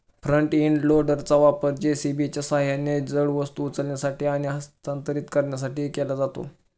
front end लोडरचा वापर जे.सी.बीच्या सहाय्याने जड वस्तू उचलण्यासाठी आणि हस्तांतरित करण्यासाठी केला जातो